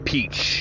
Peach